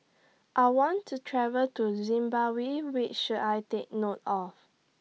I want to travel to Zimbabwe We should I Take note of